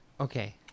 Okay